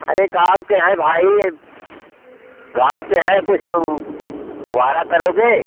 एक गाँव के है भाई गाँव के है कुछ ऊ वारा करोगे